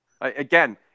Again